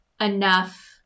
enough